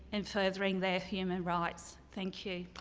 and furthering their human rights. thank you.